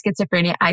schizophrenia